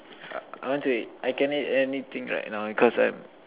I want to eat I can eat anything right now because I'm